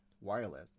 wireless